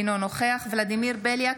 אינו נוכח ולדימיר בליאק,